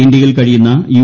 ഇന്ത്യയിൽ കഴിയുന്ന യു